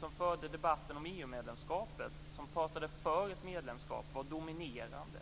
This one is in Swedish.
Det var detta som var det dominerande bland dem som talade för ett medlemskap. Det gällde